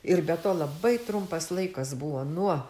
ir be to labai trumpas laikas buvo nuo